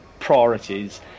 priorities